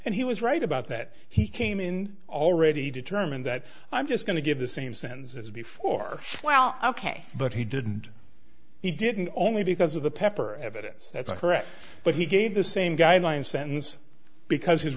and he was right about that he came in already determined that i'm just going to give the same sentence as before well ok but he didn't he didn't only because of the pepper evidence that's correct but he gave the same guidelines sentence because his